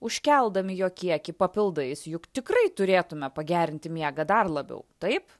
užkeldami jo kiekį papildais juk tikrai turėtume pagerinti miegą dar labiau taip